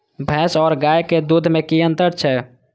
भैस और गाय के दूध में कि अंतर छै?